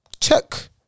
Check